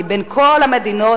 בין כל המדינות